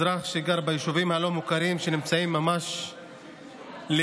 לאזרח שגר ביישובים הלא-מוכרים שנמצאים ממש ליד.